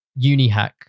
unihack